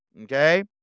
Okay